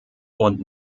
und